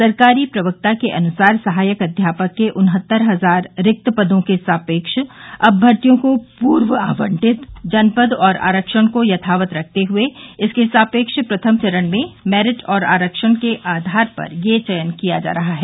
सरकारी प्रवक्ता के अनुसार सहायक अध्यापक के उन्हत्तर हजार रिक्त पदों के सापेक्ष अब भर्तियों को पूर्व आवंटित जनपद और आरक्षण को यथावत रखते हुए इसके सापेक्ष प्रथम चरण में मैरिट और आरक्षण के आधार पर यह चयन किया जा रहा है